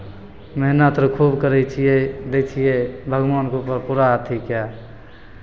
मेहनत अर खूब करै छियै दै छियै भगवानके ऊपर पूरा अथि कए